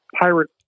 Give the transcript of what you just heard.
pirate